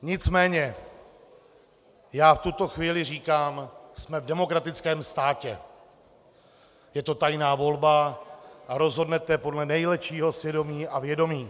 Nicméně já v tuto chvíli říkám: Jsme v demokratickém státě, je to tajná volba a rozhodnete podle nejlepšího svědomí a vědomí.